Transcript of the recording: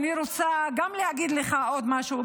אני רוצה להגיד לך עוד משהו,